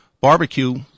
Barbecue